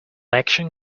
action